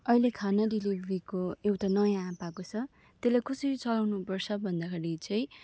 अहिले खाना डेलिभरीको एउटा नयाँ एप आएको छ त्यसलाई कसरी चलाउनुपर्छ भन्दाखेरि चाहिँ